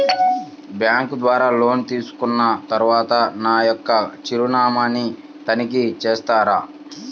Bank ద్వారా loan తీసుకున్న తరువాత నా యొక్క చిరునామాని తనిఖీ చేస్తారా?